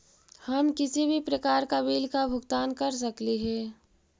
हम किसी भी प्रकार का बिल का भुगतान कर सकली हे?